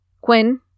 Quinn